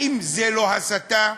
האם זו לא הסתה?